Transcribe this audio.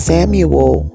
Samuel